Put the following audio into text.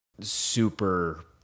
super